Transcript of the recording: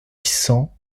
cents